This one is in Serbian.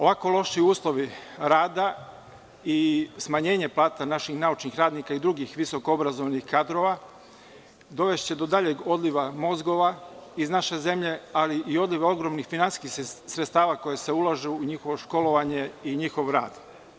Ovako loši uslovi rada i smanjenje plata naših naučnih radnika i drugih visoko obrazovanih kadrova, dovešće do daljeg odliva mozgova iz naše zemlje, ali i odliva ogromnih finansijskih sredstava koja se ulažu u njihovo školovanje i njihov rad.